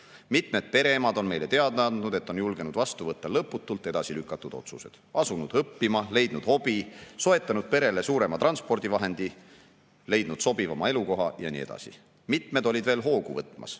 Mitmed pereemad on meile teada andnud, et on julgenud vastu võtta lõputult edasi lükatud otsuseid: asunud õppima, leidnud hobi, soetanud perele transpordivahendi, kuhu mahuks kogu pere, leidnud sobivama elukoha ja nii edasi. Mitmed olid veel hoogu võtmas.